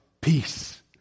Peace